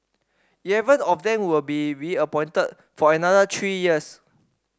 eleven of them will be reappointed for another three years